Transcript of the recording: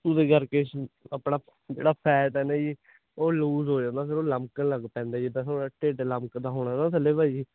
ਉਹਦੇ ਕਰਕੇ ਸ਼ੁ ਆਪਣਾ ਜਿਹੜਾ ਫੈਟ ਹੈ ਨਾ ਜੀ ਉਹ ਲੂਜ਼ ਹੋ ਜਾਂਦਾ ਫਿਰ ਉਹ ਲਮਕਣ ਲੱਗ ਪੈਂਦਾ ਜਿੱਦਾਂ ਤੁਹਾਡਾ ਢਿੱਡ ਲਮਕਦਾ ਹੋਣਾ ਨਾ ਥੱਲੇ ਭਾਜੀ